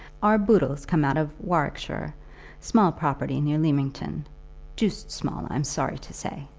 our boodles come out of warwickshire small property near leamington doosed small, i'm sorry to say.